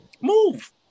move